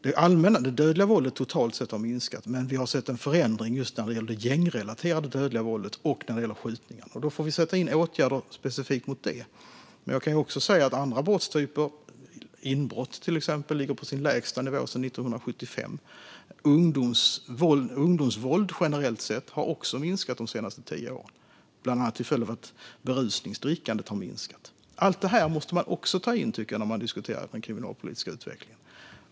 Det dödliga våldet har totalt sett minskat, men vi har sett en förändring just när det gäller det gängrelaterade dödliga våldet och när det gäller skjutningar. Då får vi sätta in åtgärder specifikt mot detta. Andra brottstyper, inbrott exempelvis, ligger på sin lägsta nivå sedan 1975. Ungdomsvåldet generellt sett har också minskat de senaste tio åren, bland annat till följd av att berusningsdrickandet har minskat. Allt detta måste man också ta in när man diskuterar den kriminalpolitiska utvecklingen.